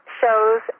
shows